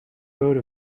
vote